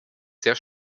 sehr